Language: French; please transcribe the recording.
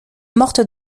mortes